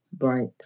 Right